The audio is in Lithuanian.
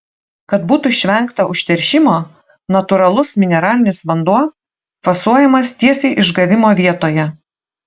kad būtų išvengta užteršimo natūralus mineralinis vanduo fasuojamas tiesiai išgavimo vietoje